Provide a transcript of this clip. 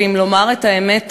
ואם לומר את האמת,